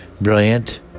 Brilliant